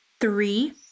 three